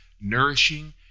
nourishing